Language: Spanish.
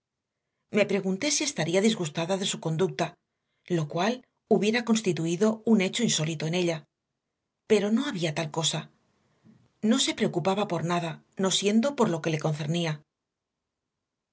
me pregunté si estaría disgustada de su conducta lo cual hubiera constituido un hecho insólito en ella pero no había tal cosa no se preocupaba por nada no siendo por lo que le concernía